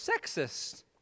sexist